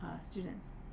students